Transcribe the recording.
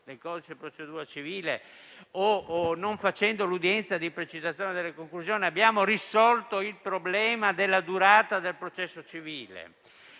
del codice di procedura civile o non facendo l'udienza di precisazione delle conclusioni abbiamo risolto il problema della durata del processo civile.